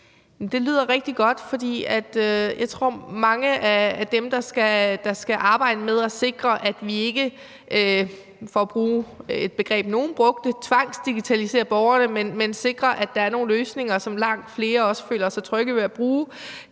Det lyder rigtig godt, for jeg tror, at for mange af dem, der skal arbejde med at sikre, at vi ikke – for at bruge et begreb, nogle har brugt – tvangsdigitaliserer borgerne, men sikrer, at der er nogle løsninger, som langt flere føler sig trygge ved at bruge,